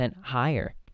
higher